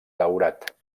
daurat